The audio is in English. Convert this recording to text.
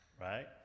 right